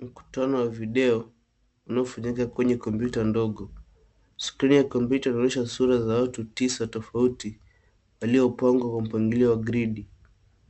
Mkutano wa video unaofanyika kwenye kompyuta ndogo. Screen ya kompyuta inaonyesha sura za watu tisa tofauti waliopangwa kwa mpangilio wa gridi.